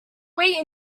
wait